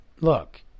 look